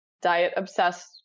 diet-obsessed